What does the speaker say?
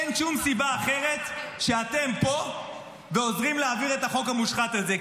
אין שום סיבה אחרת שאתם פה ועוזרים להעביר את החוק המושחת הזה.